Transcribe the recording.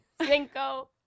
Cinco